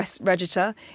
Register